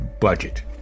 budget